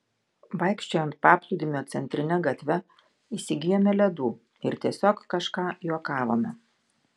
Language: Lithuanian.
vaikščiojant paplūdimio centrine gatve įsigijome ledų ir tiesiog kažką juokavome